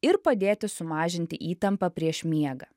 ir padėti sumažinti įtampą prieš miegą